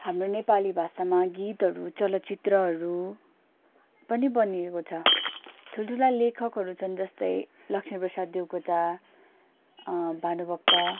हाम्रो नेपाली भाषामा गीतहरू चलचित्रहरू पनि बनिएको छ ठुल्ठुला लेखकहरू छन् जस्तै लक्ष्मीप्रसाद देवकोटा भानुभक्त